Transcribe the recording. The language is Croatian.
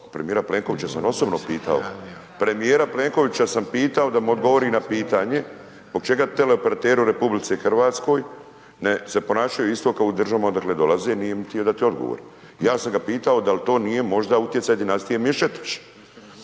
premijera Plenkovića sam osobno pitao. Premijera Plenkovića sam pitao da mi odgovori na pitanje, zbog čega teleoperateri u RH ne se ponašaju isto kao u državama odakle dolaze, nije mi htio dati odgovor. Ja sam ga pitao da li to nije možda utjecaj dinastije Mišetić.